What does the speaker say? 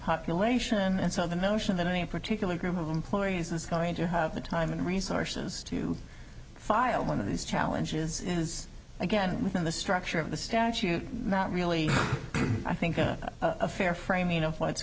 population and so the notion that any particular group of employees is going to have the time and resources to file one of these challenges is again within the structure of the statute not really i think a fair frame you know what's